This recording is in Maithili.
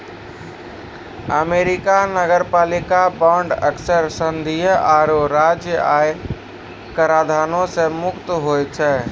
अमेरिका नगरपालिका बांड अक्सर संघीय आरो राज्य आय कराधानो से मुक्त होय छै